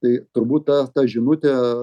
tai turbūt ta ta žinutė